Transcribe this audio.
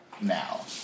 Now